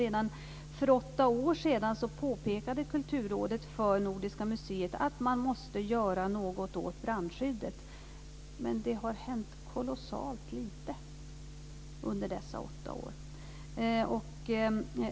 Redan för åtta år sedan påpekade Kulturrådet för Nordiska museet att man måste göra något åt brandskyddet. Men det har hänt kolossalt lite under dessa åtta år.